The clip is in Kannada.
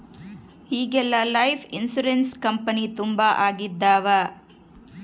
ಈಗೆಲ್ಲಾ ಲೈಫ್ ಇನ್ಸೂರೆನ್ಸ್ ಕಂಪನಿ ತುಂಬಾ ಆಗಿದವ